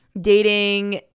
dating